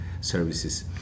services